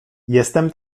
jestem